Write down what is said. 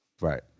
Right